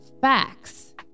Facts